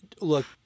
Look